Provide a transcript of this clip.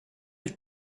have